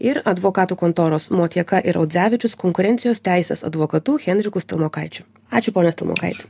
ir advokatų kontoros motieka ir audzevičius konkurencijos teisės advokatu henriku stalmokaičiu ačiū pone stalmokaiti